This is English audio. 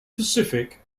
pacific